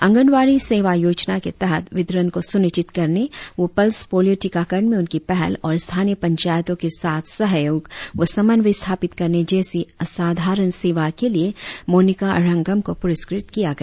आंगनवाड़ी सेवा योजना के तहत वितरण को सुनिश्चित करने व पल्स पोलियों टीकाकरण में उनकी पहल और स्थानीय पंचायतों के साथ सहयोग व समंन्वय स्थापित करने जैसी असाधारण सेवा के लिए मोनिका अरांगहम को पुरस्कृत किया गया